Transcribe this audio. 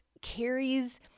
Carrie's